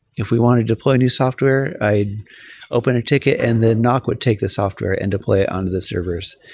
if we wanted to deploy new software, i'd open a ticket and the noc would take the software and deploy it on to the servers.